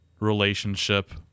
relationship